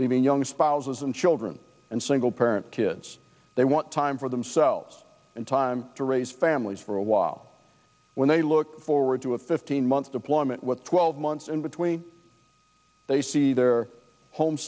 leaving young spouses and children and single parent kids they want time for themselves and time to raise families for a while when they look forward to a fifteen month deployment what twelve months in between they see their home